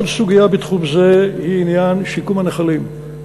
עוד סוגיה בתחום זה היא עניין שיקום הנחלים.